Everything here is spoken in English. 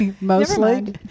Mostly